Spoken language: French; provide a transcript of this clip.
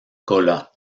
kola